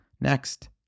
next